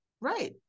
Right